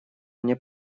мне